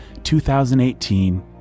2018